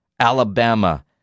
Alabama